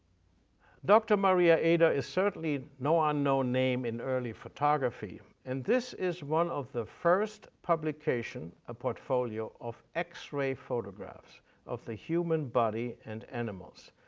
dr. maria eder is certainly no ah unknown name in early photography, and this is one of the first publication, a portfolio of x-ray photographs of the human body and animals,